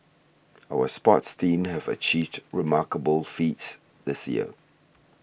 our sports teams have achieved remarkable feats this year